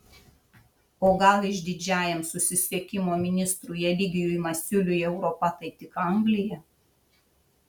o gal išdidžiajam susisiekimo ministrui eligijui masiuliui europa tai tik anglija